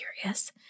curious